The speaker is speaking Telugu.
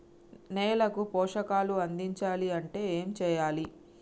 నేలకు పోషకాలు అందించాలి అంటే ఏం చెయ్యాలి?